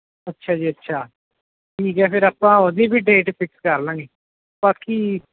ਅੱਛਾ ਜੀ ਅੱਛਾ ਠੀਕ ਹੈ ਫਿਰ ਆਪਾਂ ਉਹਦੀ ਵੀ ਡੇਟ ਫਿਕਸ ਕਰ ਲਾਂਗੇ ਬਾਕੀ